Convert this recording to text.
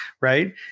right